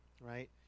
right